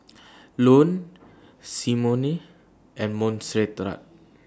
Ione Symone and Monserrat